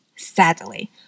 Sadly